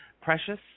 precious